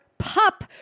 Pup